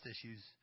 issues